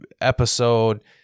episode